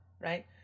Right